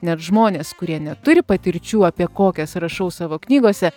net žmonės kurie neturi patirčių apie kokias rašau savo knygose